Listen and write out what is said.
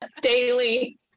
daily